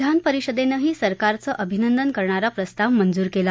विधान परिषदेनं ही सरकारचं अभिनंदन करणारा प्रस्ताव मंजूर केला